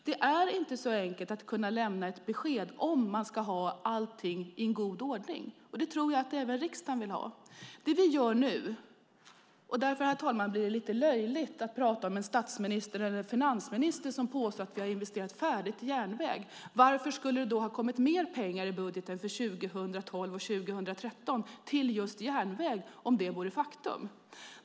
Det är inte så enkelt att kunna lämna ett besked om man ska ha allting i en god ordning, och det tror jag att även riksdagen vill ha. Herr talman! Det blir lite löjligt att prata om en statsminister eller en finansminister som påstår att vi har investerat färdigt i järnväg. Varför skulle det ha kommit mer pengar i budgeten för 2012/13 till just järnväg om det vore ett faktum?